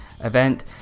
event